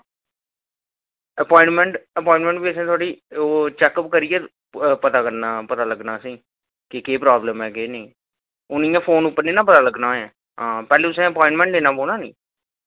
appointment थुआढ़ी check up करियै पता करना पता लग्गना असेंगी की केह् प्रॉब्लम ऐ केह् नेईं हून इंया फोन उप्पर पता नना लग्गना ऐ आं पैह्लें तुसें अप्वाईंनमेंट लैना पौना नी